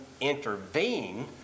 intervene